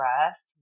rest